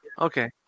Okay